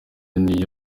n’iyo